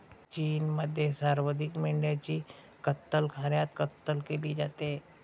चीनमध्ये सर्वाधिक मेंढ्यांची कत्तलखान्यात कत्तल केली जाते